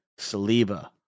Saliba